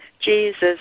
Jesus